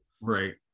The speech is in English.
right